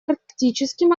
арктическим